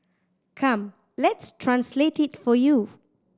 come let's translate it for you